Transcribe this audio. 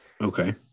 okay